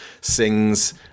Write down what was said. sings